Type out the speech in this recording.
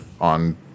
on